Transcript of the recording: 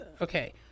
okay